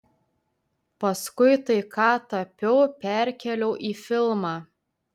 paskui tai ką tapiau perkėliau į filmą